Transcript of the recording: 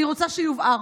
אני רוצה שיובהר